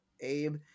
Abe